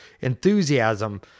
enthusiasm